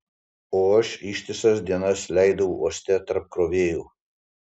o aš ištisas dienas leidau uoste tarp krovėjų